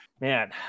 man